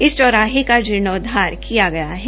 इस चौराहे का जीर्णोद्वार किया गया है